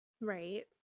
Right